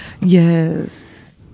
Yes